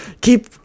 keep